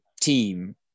team